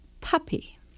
puppy